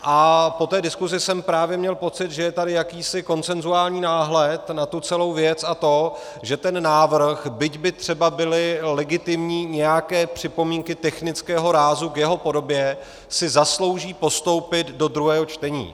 Po té diskuzi jsem právě měl pocit, že je tady jakýsi konsenzuální náhled na celou věc, a to že ten návrh, byť by třeba byly legitimní připomínky technického rázu k jeho podobě, si zaslouží postoupit do druhého čtení.